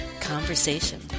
conversation